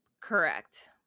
Correct